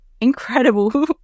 incredible